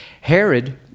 Herod